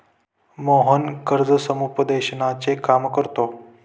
मोहन कर्ज समुपदेशनाचे काम करतो